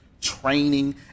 training